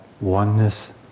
oneness